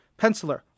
penciler